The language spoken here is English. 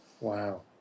Wow